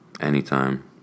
anytime